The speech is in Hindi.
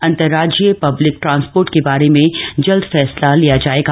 अंतरराज्जीय पब्लिक ट्रांसपोर्ट के बारे में जल्द फैसला लिया जाएगा